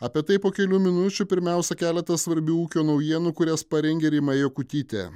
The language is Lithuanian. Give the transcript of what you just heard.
apie tai po kelių minučių pirmiausia keletas svarbių ūkio naujienų kurias parengė rima jakutytė